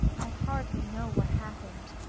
i hardly know what happened,